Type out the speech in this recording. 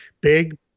big